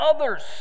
others